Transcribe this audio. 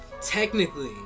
Technically